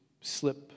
slip